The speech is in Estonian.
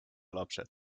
lapsed